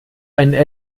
einen